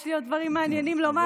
יש לי עוד דברים מעניינים לומר,